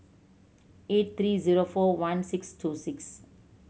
eight three zero four one six two six